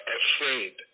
afraid